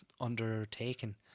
undertaken